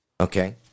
Okay